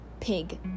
pig